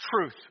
truth